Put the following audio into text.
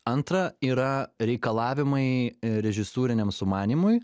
antra yra reikalavimai režisūriniam sumanymui